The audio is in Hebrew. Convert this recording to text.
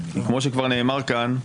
כמו שכבר נאמר כאן,